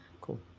cool